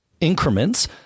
increments